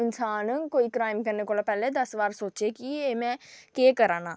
इन्सान क्राईम करने कोला पैह्लें दस्स बार सोचे कि एह् में केह् कराना